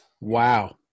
Wow